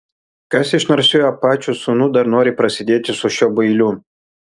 kas iš narsiųjų apačių sūnų dar nori prasidėti su šiuo bailiu